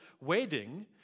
wedding